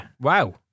Wow